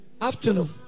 Afternoon